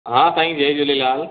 हा सांई जय झूलेलाल